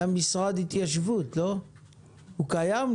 הוא קיים?